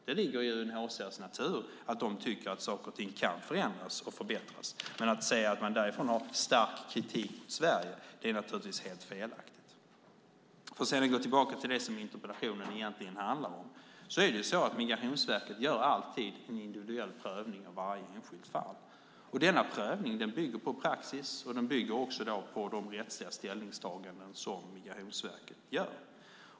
Det ligger i UNHCR:s natur att de tycker att saker och ting kan förändras och förbättras. Men att säga att man därifrån riktar stark kritik mot Sverige är naturligtvis helt felaktigt. För att sedan gå tillbaka till det som interpellationen egentligen handlar om är det så att Migrationsverket alltid gör en individuell prövning av varje enskilt fall. Denna prövning bygger på praxis och den bygger också på de rättsliga ställningstaganden som Migrationsverket gör.